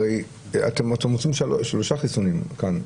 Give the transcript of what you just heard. הרי אתם רוצים שלושה חיסונים כאן,